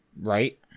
Right